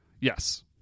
Yes